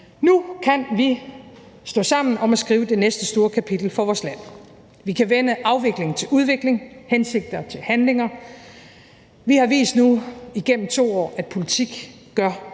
Nu kan vi stå sammen om at skrive det næste store kapital for vores land. Vi kan vende afvikling til udvikling, hensigter til handlinger. Vi har nu igennem 2 år vist, at politik gør